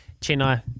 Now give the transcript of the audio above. Chennai